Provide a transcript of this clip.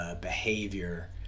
behavior